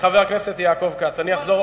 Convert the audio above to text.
חבר הכנסת יעקב כץ, אני אחזור,